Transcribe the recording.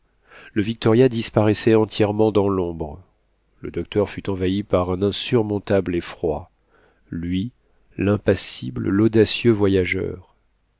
le victoria disparaissait entièrement dans l'ombre le docteur fut envahi par un insurmontable effroi lui l'impassible l'audacieux voyageur